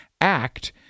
Act